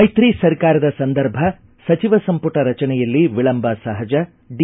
ಮೈತ್ರಿ ಸರ್ಕಾರದ ಸಂದರ್ಭ ಸಚಿವ ಸಂಪುಟ ರಚನೆಯಲ್ಲಿ ವಿಳಂಬ ಸಹಜ ಡಿ